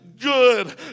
good